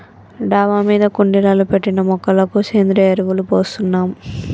డాబా మీద కుండీలలో పెట్టిన మొక్కలకు సేంద్రియ ఎరువులు పోస్తున్నాం